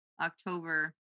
October